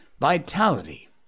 vitality